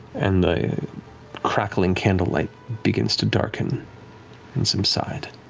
and the crackling candlelight begins to darken and subside.